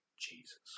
Jesus